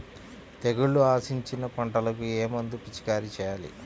తెగుళ్లు ఆశించిన పంటలకు ఏ మందు పిచికారీ చేయాలి?